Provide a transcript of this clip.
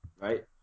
right